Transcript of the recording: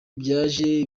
byaje